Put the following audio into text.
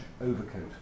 overcoat